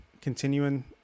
continuing